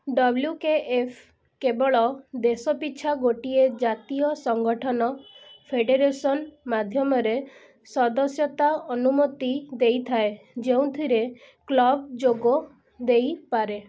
W K F କେବଳ ଦେଶ ପିଛା ଗୋଟିଏ ଜାତୀୟ ସଂଗଠନ ଫେଡେରେସନ୍ ମାଧ୍ୟମରେ ସଦସ୍ୟତା ଅନୁମତି ଦେଇଥାଏ ଯେଉଁଥିରେ କ୍ଲବ୍ ଯୋଗ ଦେଇପାରେ